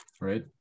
Right